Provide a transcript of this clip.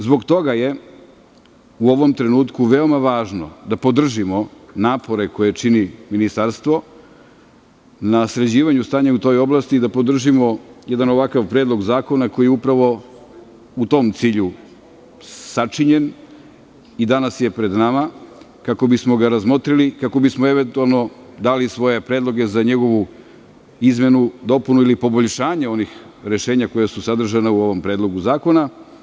Zbog toga je u ovom trenutku veoma važno da podržimo napore koje čini ministarstvo, na sređivanju stanja u toj oblasti, da podržimo jedan ovakav predlog zakona koji upravo u tom cilju sačinjen i danas je pred nama, kako bi smo ga razmotrili i kako bi smo eventualno dali svoje predloge za njegovu izmenu, dopunu ili poboljšanje onih rešenja koja su sadržana u ovom predlogu zakona.